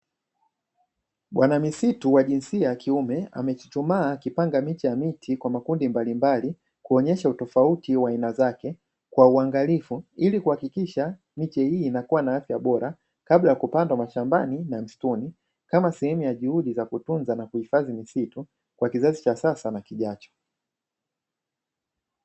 Bwana misitu wa jinsia ya kiume amechuchumaa akipanga miche ya miti kwa makundi mbalimbali, kuonyesha utofuti wa aina zake kwa uangalifu ili kuhakikisha miche hii inakuwa na afya bora kabla ya kupandwa mashambani na msituni, kama sehemu ya juhudi ya kutunza na kuhifadhi misitu kwa kizazi cha sasa na kijacho.